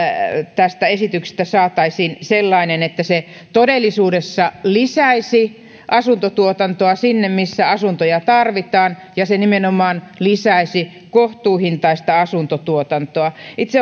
tästä esityksestä saataisiin sellainen että se todellisuudessa lisäisi asuntotuotantoa sinne missä asuntoja tarvitaan ja se nimenomaan lisäisi kohtuuhintaista asuntotuotantoa itse